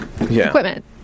equipment